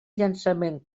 llançament